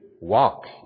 walk